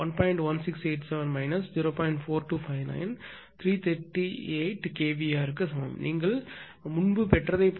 4259 338 kVAr க்கு சமம் நீங்கள் முன்பு பெற்றதை போலவே